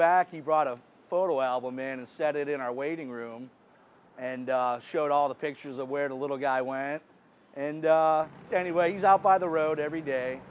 back he brought a photo album in and set it in our waiting room and showed all the pictures of where the little guy went and anyways out by the road every day